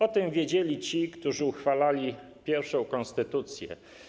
O tym wiedzieli ci, którzy uchwalali pierwszą konstytucję.